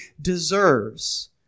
deserves